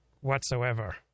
whatsoever